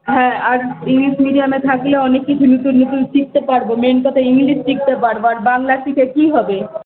হ্যাঁ আর ইংলিশ মিডিয়ামে থাকলে অনেক কিছু নতুন নতুন শিখতে পারবো মেন কথা ইংলিশ শিখতে পারবো আর বাংলা শিখে কী হবে